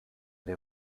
der